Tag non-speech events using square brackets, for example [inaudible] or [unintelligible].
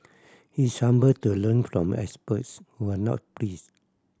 he is humble to learn from experts who are not [unintelligible]